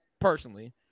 personally